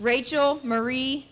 rachel marie